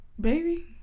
baby